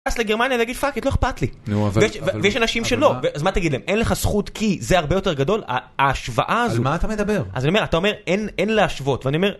לגרמניה להגיד, פאק איט, לא אכפת לי. ויש אנשים שלא, אז מה תגיד להם? אין לך זכות כי זה הרבה יותר גדול? ההשוואה הזו. על מה אתה מדבר? אני אומר, אתה אומר, אין להשוות, ואני אומר